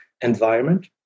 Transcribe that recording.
environment